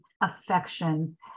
affection